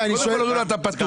קודם כל אומרים לו אתה פטור.